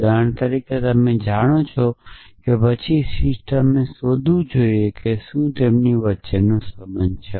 ઉદાહરણ તરીકે તમે જાણો છો કે પછી સિસ્ટમએ શોધ્વુ જોઈએ કે શું તેમની વચ્ચે શું સંબંધ છે